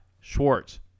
Schwartz